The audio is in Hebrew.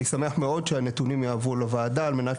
אני אשמח מאוד שהנתונים יעברו לוועדה על מנת